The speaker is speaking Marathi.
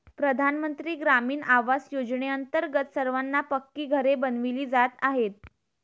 प्रधानमंत्री ग्रामीण आवास योजनेअंतर्गत सर्वांना पक्की घरे बनविली जात आहेत